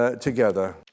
together